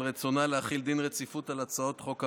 רצונה להחיל דין רציפות על הצעות החוק האלה: